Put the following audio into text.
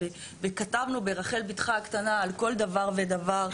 כתבנו ברחל ביתך הקטנה על כל דבר ודבר,